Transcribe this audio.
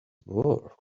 work